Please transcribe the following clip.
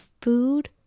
food